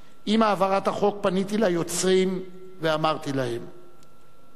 עם העברת החוק פניתי ליוצרים ואמרתי להם כאן,